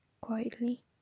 quietly